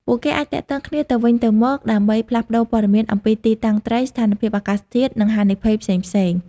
ពួកគេអាចទាក់ទងគ្នាទៅវិញទៅមកដើម្បីផ្លាស់ប្ដូរព័ត៌មានអំពីទីតាំងត្រី ស្ថានភាពអាកាសធាតុ និងហានិភ័យផ្សេងៗ។